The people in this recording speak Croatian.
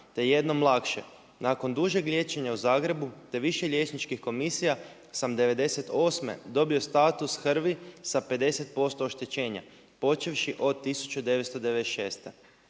te jednom lakše. Nakon dužeg liječenja u Zagrebu te više liječničkih komisija sam '98. dobio HRV-i sa 50% oštećenja počevši od 1996.